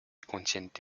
contiennent